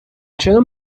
чином